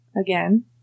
again